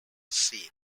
scene